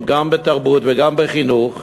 גם בתרבות וגם בחינוך,